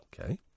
Okay